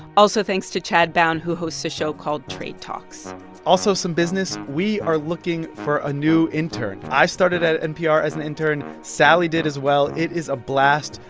also thanks to chad bown, who hosts a show called trade talks also some business we are looking for a new intern. i started at npr as an intern. sally did as well. it is a blast.